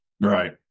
Right